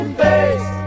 face